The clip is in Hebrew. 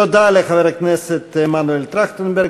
תודה לחבר הכנסת מנואל טרכטנברג.